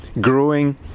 growing